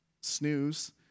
snooze